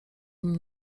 nim